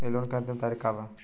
इ लोन के अन्तिम तारीख का बा?